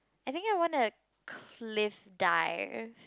I think I want the cliff diver